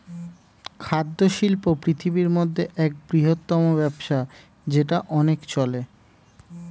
খাদ্য শিল্প পৃথিবীর মধ্যে এক বৃহত্তম ব্যবসা যেটা অনেক চলে